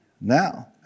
now